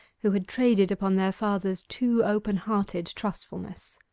who had traded upon their father's too open-hearted trustfulness.